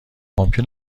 ممکن